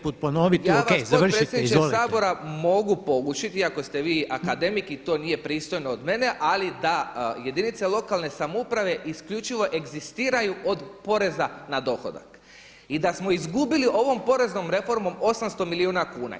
Ja vas potpredsjedniče Sabora mogu … iako ste vi akademik i to nije pristojno od mene, ali da jedinica lokalne samouprave isključivo egzistiraju od poreza na dohodak i da smo izgubili ovom poreznom reformom 800 milijuna kuna.